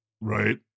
Right